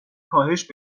کاهش